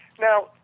Now